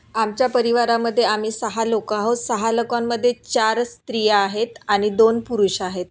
आमच्या परिवारामध्ये आम्ही सहा लोक आहो सहा लोकांमध्ये चार स्त्रिया आहेत आणि दोन पुरुष आहेत